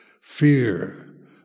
Fear